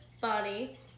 body